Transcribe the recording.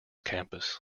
campus